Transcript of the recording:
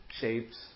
shapes